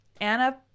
Anna